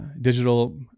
digital